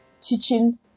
Teaching